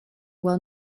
well